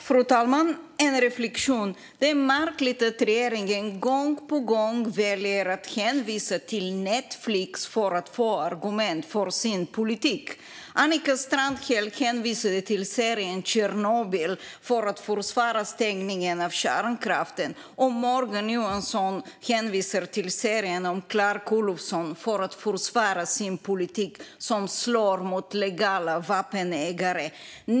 Fru talman! Jag har en reflektion. Det är märkligt att regeringen gång på gång väljer att hänvisa till Netflix för att få argument för sin politik. Annika Strandhäll hänvisade till serien Chernobyl för att försvara stängningen av kärnkraften. Morgan Johansson hänvisar till serien om Clark Olofsson för att försvara sin politik, som slår mot legala vapenägare.